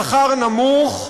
השכר נמוך,